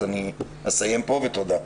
אני אסיים פה ותודה.